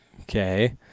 Okay